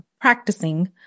practicing